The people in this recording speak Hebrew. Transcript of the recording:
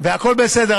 והכול בסדר.